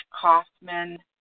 Kaufman